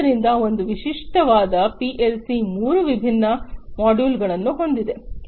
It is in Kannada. ಆದ್ದರಿಂದ ಒಂದು ವಿಶಿಷ್ಟವಾದ ಪಿಎಲ್ಸಿ ಮೂರು ವಿಭಿನ್ನ ಮಾಡ್ಯೂಲ್ಗಳನ್ನು ಹೊಂದಿದೆ